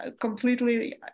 completely